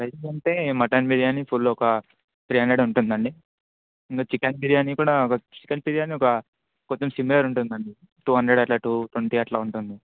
price అంటే mutton biryani full ఒక three hundred ఉంటుంది అండి ఇంకా చికెన్ బిర్యానీ కూడా చికెన్ బిర్యానీ ఒక కొంచెం సిమిలర్ ఉంటుంది అండి టూ హండ్రెడ్ అట్లా టూ ట్వంటీ అట్లా ఉంటుంది